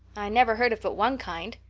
i never heard of but one kind,